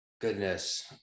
goodness